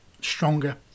stronger